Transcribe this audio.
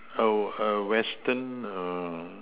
a a Western err